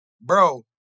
bro